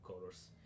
colors